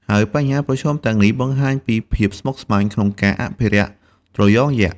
ហើយបញ្ហាប្រឈមទាំងនេះបង្ហាញពីភាពស្មុគស្មាញក្នុងការអភិរក្សត្រយងយក្ស។